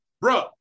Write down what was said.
Bro